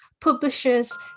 publishers